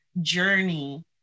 journey